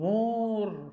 More